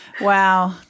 Wow